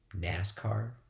NASCAR